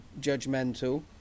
judgmental